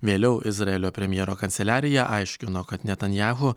vėliau izraelio premjero kanceliarija aiškino kad netanjahu